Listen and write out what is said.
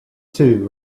too